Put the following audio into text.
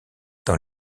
dans